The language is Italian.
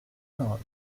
nord